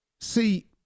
See